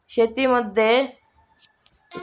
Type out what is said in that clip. सेंद्रिय शेतीमध्ये भारताचो पहिलो क्रमांक आसा